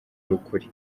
ukuri